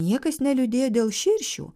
niekas neliūdėjo dėl širšių